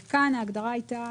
כאן ההגדרה הייתה